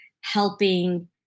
helping